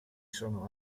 sono